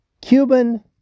Cuban